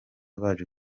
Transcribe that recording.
baje